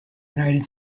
united